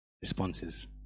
responses